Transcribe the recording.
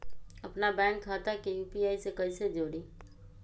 अपना बैंक खाता के यू.पी.आई से कईसे जोड़ी?